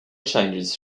changes